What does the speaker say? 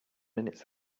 minutes